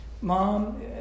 Mom